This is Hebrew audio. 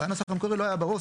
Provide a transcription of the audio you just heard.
בנוסח המקורי לא היה ברור.